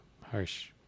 harsh